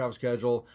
schedule